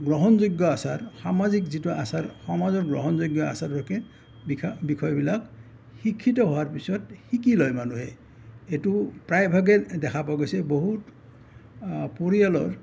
গ্ৰহণযোগ্য আচাৰ সামাজিক যিটো আচাৰ সমাজৰ গ্ৰহণযোগ্য আচাৰলৈকে বিষয় বিষয়বিলাক শিক্ষিত হোৱাৰ পিছত শিকি লয় মানুহে এইটো প্ৰায়ভাগে দেখা পোৱা গৈছে বহুত পৰিয়ালৰ